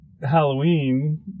Halloween